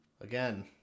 Again